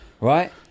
Right